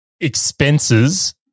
expenses